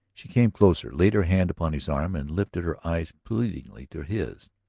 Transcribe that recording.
she came closer, laid her hand upon his arm, and lifted her eyes pleadingly to his.